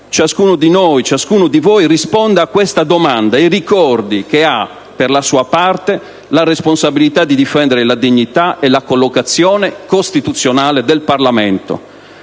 Ciascuno di noi e ciascuno di voi risponda a questa domanda e ricordi che ha, per la sua parte, la responsabilità di difendere la dignità e la collocazione costituzionale del Parlamento.